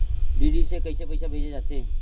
DD से कइसे पईसा भेजे जाथे?